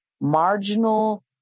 marginal